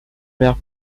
mère